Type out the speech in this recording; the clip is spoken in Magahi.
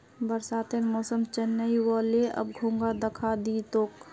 बरसातेर मौसम चनइ व ले, अब घोंघा दखा दी तोक